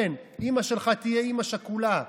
כן, אימא שלך תהיה אימא שכולה.